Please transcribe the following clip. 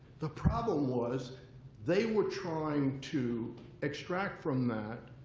the problem was they were trying to extract from that